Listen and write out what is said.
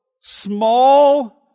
small